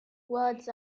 words